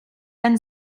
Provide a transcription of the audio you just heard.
and